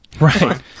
Right